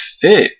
fit